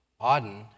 Auden